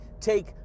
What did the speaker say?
take